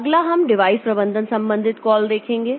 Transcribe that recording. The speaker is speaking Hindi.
अगला हम डिवाइस प्रबंधन संबंधित कॉल देखेंगे